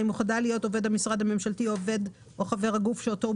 הוא חדל להיות עובד המשרד הממשלתי או עובד או חבר הגוף שאותו הוא